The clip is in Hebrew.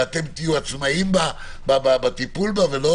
ואתם תהיו עצמאים בטיפול בה ולא